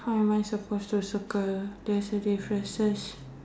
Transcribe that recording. how I am I supposed to circle there is a differences